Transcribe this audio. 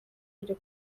kujya